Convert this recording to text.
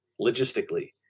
logistically